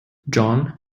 john